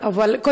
השר.